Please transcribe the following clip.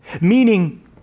Meaning